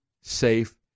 safe